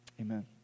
Amen